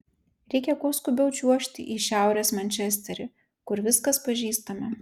reikia kuo skubiau čiuožti į šiaurės mančesterį kur viskas pažįstama